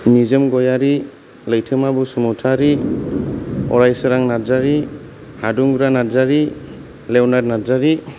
निजोम गयारि लैथोमा बसुमतारि अरायसोरां नार्जारि हादुंगोरा नारजारि लेवनार्द नार्जारि